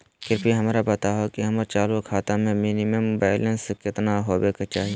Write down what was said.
कृपया हमरा बताहो कि हमर चालू खाता मे मिनिमम बैलेंस केतना होबे के चाही